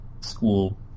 school